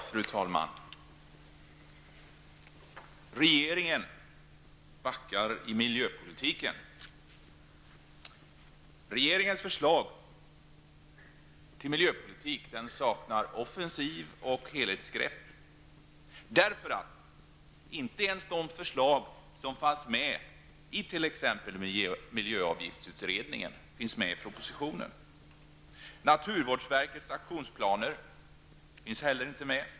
Fru talman! Regeringen backar i miljöpolitiken. Regeringens förslag till miljöpolitik saknar offensiva helhetsgrepp. Inte ens de förslag som fanns med i t.ex. miljöavgiftsutredningen finns med i propositionen. Naturvårdsverkets aktionsplaner finns inte heller med.